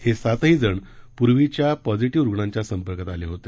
हे सातही जण पूर्वीच्या पॉझीटिव्ह रुग्णांच्या संपर्कात आले होते